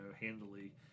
handily